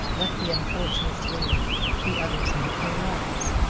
let the unfortunates rail the others may play marbles.